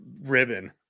ribbon